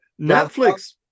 Netflix